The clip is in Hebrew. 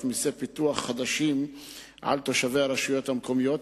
מסי פיתוח חדשים על תושבי הרשויות המקומיות,